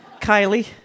Kylie